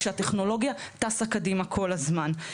כשהטכנולוגיה טסה קדימה כל הזמן,